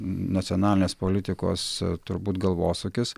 nacionalinės politikos turbūt galvosūkis